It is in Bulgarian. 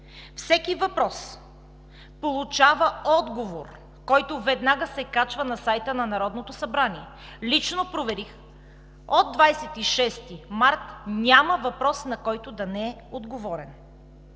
Всеки въпрос получава отговор, който веднага се качва на сайта на Народното събрание. Лично проверих – от 26 март няма въпрос, на който да не е отговорено!